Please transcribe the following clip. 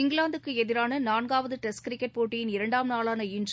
இங்கிலாந்துக்கு எதிரான நான்காவது டெஸ்ட் கிரிக்கெட் போட்டியின் இரண்டாம் நாளான இன்று